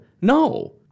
No